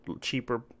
cheaper